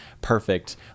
perfect